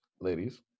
Ladies